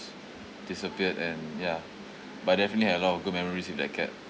disappeared and ya but definitely had a lot of good memories with that cat